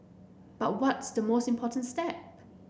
but what's the most important step